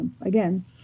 Again